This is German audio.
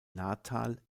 natal